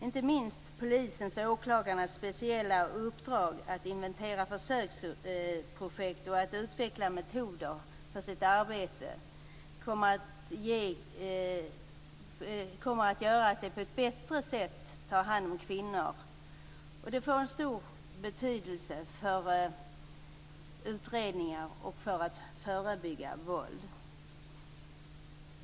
Inte minst polisens och åklagarnas speciella uppdrag att inventera försöksprojekt och att utveckla metoder för sitt arbete kommer att göra att man på ett bättre sätt kan ta hand om kvinnor. Detta får en stor betydelse för utredningar och för att förebygga våld.